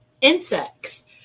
insects